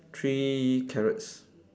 three carrots